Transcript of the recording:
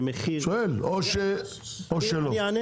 או שלא?